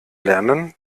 lernen